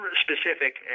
specific